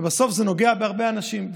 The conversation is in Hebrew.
ובסוף זה נוגע בהרבה אנשים.